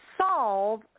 solve